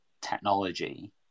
technology